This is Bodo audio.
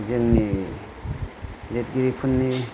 जोंनि लिरगिरिफोरनि